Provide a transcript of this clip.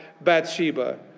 Bathsheba